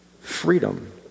freedom